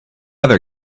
other